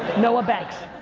noah banks.